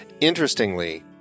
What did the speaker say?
Interestingly